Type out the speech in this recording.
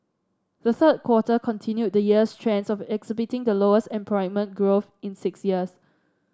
the third quarter continued the year's trends of exhibiting the lowest employment growth in six years